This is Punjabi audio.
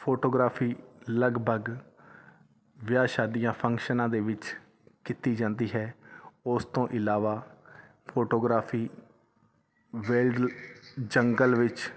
ਫੋਟੋਗ੍ਰਾਫੀ ਲਗਭਗ ਵਿਆਹ ਸ਼ਾਦੀਆ ਫੰਕਸ਼ਨਾਂ ਦੇ ਵਿੱਚ ਕੀਤੀ ਜਾਂਦੀ ਹੈ ਉਸ ਤੋਂ ਇਲਾਵਾ ਫੋਟੋਗ੍ਰਾਫੀ ਵੈਲਡ ਜੰਗਲ ਵਿੱਚ